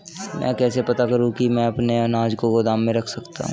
मैं कैसे पता करूँ कि मैं अपने अनाज को गोदाम में रख सकता हूँ?